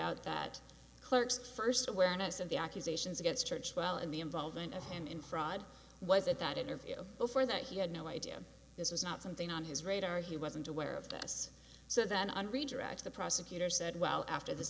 out that clerk's first awareness of the accusations against churchwell in the involvement of him in fraud was at that interview before that he had no idea this was not something on his radar he wasn't aware of this so then on redirect the prosecutor said well after this